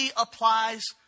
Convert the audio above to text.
applies